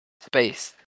Space